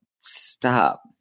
Stop